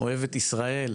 אוהבת ישראל,